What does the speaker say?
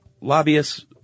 lobbyists